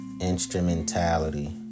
instrumentality